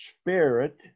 spirit